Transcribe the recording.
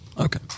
Okay